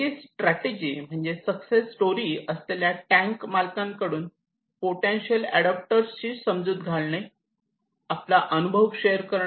वेगळी स्ट्रॅटेजी म्हणजे success story असलेल्या टँक मालकांकडून पोटेन्शियल ऍडॉप्टर्सची समजूत घालने आपला अनुभव शेअर करणे